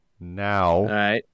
Now